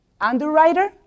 Underwriter